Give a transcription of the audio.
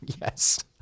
Yes